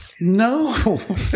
No